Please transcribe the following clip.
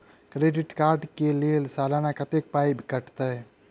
Credit card कऽ लेल सलाना कत्तेक पाई कटतै?